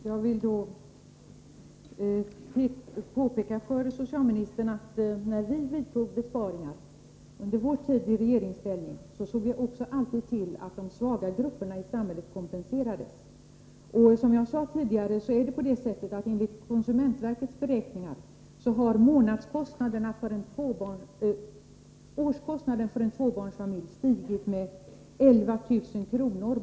Herr talman! Jag vill påpeka för socialministern att vi alltid såg till att de svaga grupperna i samhället kompenserades när vi under vår tid i regeringsställning vidtog besparingar. Enligt konsumentverkets beräkningar har, som jag sade tidigare, årskostnaderna för en tvåbarnsfamilj stigit med 11 000 kr.